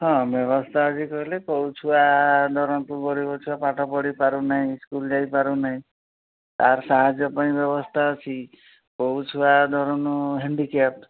ହଁ ବ୍ୟବସ୍ଥା ଅଛି କହିଲେ କେଉଁ ଛୁଆ ଧରନ୍ତୁ ଗରିବ ଛୁଆ ପାଠ ପଢ଼ି ପାରୁନାହିଁ ସ୍କୁଲ୍ ଯାଇ ପାରୁନାହିଁ ତାର ସାହାଯ୍ୟ ପାଇଁ ବ୍ୟବସ୍ଥା ଅଛି କେଉଁ ଛୁଆ ଧରୁନୁ ହେଣ୍ଡିକ୍ୟାଫ୍ଟ୍